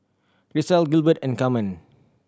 Grisel Gilbert and Camren